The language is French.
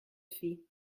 fit